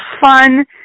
fun